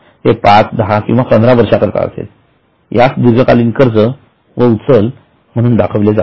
ते ५१० किंवा १५ वर्षा करिता असेल तर यास दीर्घकालीन कर्ज व उचल म्हणून दाखविले जाते